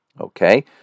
Okay